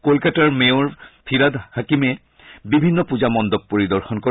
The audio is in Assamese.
কলকাতাৰ মেয়ৰ ফিৰাদ হাকিমে বিভিন্ন পূজা মণ্ডপ পৰিদৰ্শন কৰে